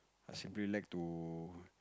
err like to